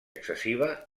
excessiva